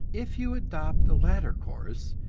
if you adopt the latter course,